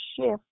shift